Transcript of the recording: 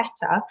better